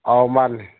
ꯑꯧ ꯃꯥꯟꯅꯦ